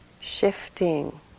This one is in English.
shifting